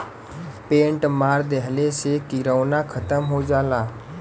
paint मार देहले से किरौना खतम हो जाला